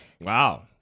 Wow